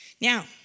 Now